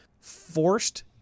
Forced